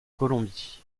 colombie